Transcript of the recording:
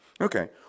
Okay